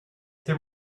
there